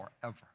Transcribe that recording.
forever